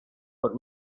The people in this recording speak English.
but